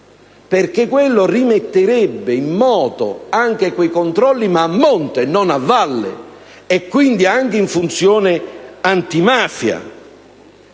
perchè rimetterebbe in moto anche quei controlli a monte e non a valle, e quindi anche in funzione antimafia,